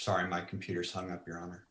sorry my computer's hung up your honor